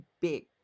big